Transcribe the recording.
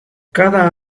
cada